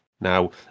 Now